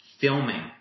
filming